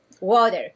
Water